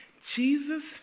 Jesus